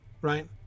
right